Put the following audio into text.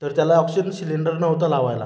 तर त्याला oxygen cylinder नव्हता लावायला